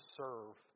serve